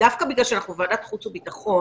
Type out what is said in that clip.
דווקא בגלל שאנחנו ועדת חוץ וביטחון,